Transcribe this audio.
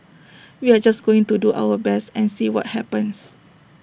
we are just going to do our best and see what happens